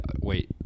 Wait